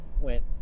went